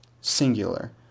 singular